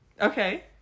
okay